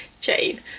chain